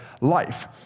life